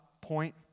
point